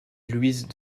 louise